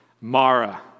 Mara